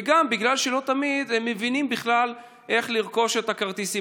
וגם בגלל שלא תמיד הם מבינים בכלל איך לרכוש את הכרטיסים.